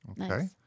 Okay